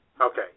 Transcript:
Okay